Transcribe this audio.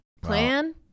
plan